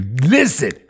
listen